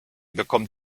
bekommt